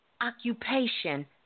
occupation